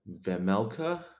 Vemelka